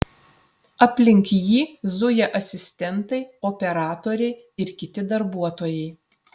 aplink jį zuja asistentai operatoriai ir kiti darbuotojai